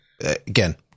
again